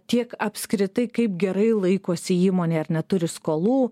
tiek apskritai kaip gerai laikosi įmonė ar neturi skolų